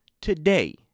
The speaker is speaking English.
today